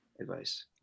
advice